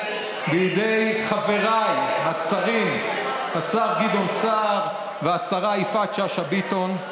על ידי חבריי השרים השר גדעון סער והשרה יפעת שאשא ביטון.